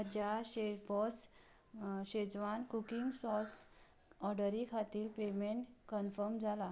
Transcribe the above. म्हज्या chef boss schezwan cooking sauce ऑर्डरी खातीर पेमेंट कन्फर्म जाला